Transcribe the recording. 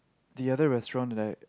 the other restaurant right